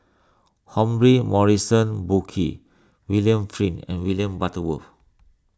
Humphrey Morrison Burkill William Flint and William Butterworth